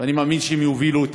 ואני מאמין שהם יובילו את